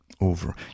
Over